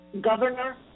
Governor